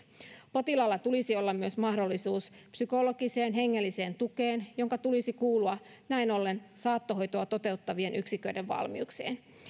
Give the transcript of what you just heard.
potilaalla tulisi olla myös mahdollisuus psykologiseen hengelliseen tukeen jonka tulisi kuulua näin ollen saattohoitoa toteuttavien yksiköiden valmiuksiin